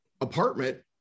apartment